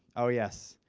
oh yes,